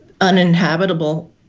uninhabitable